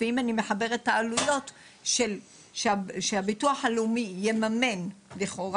אם אני מחברת את העלויות שהביטוח הלאומי יממן לכאורה